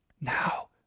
Now